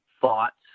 Thoughts